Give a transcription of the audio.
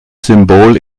symbol